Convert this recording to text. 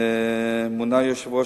דלי-שומן,